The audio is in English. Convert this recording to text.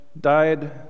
died